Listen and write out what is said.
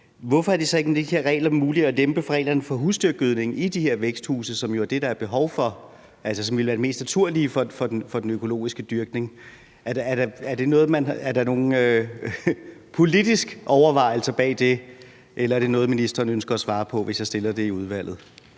med de her regler muligt at lempe reglerne for husdyrgødning i de her væksthuse, som jo er det, der er behov for, altså som ville være det mest naturlige for den økologiske dyrkning? Er der nogen politiske overvejelser bag det, eller er det noget, ministeren ønsker at svare på, hvis jeg stiller spørgsmålet i udvalget?